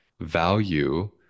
value